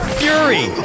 fury